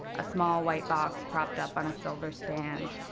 a small, white box propped up on a silver stand,